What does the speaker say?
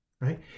Right